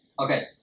Okay